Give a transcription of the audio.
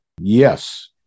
yes